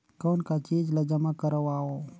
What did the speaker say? कौन का चीज ला जमा करवाओ?